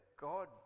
God